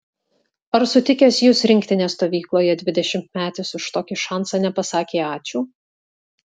ar sutikęs jus rinktinės stovykloje dvidešimtmetis už tokį šansą nepasakė ačiū